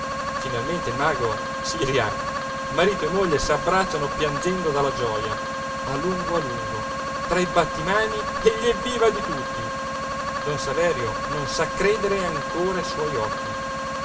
finalmente il mago si rià marito e moglie s'abbracciano piangendo dalla gioja a lungo a lungo tra i battimani e gli evviva di tutti don saverio non sa credere ancora ai suoi occhi